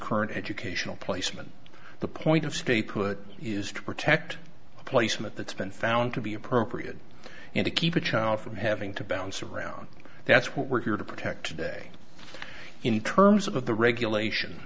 current educational placement the point of stay put is to protect the placement that's been found to be appropriate and to keep the child from having to bounce around that's what we're here to protect day in terms of the regulation